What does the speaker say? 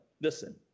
Listen